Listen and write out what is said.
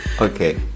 okay